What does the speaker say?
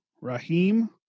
Rahim